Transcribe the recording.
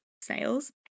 snails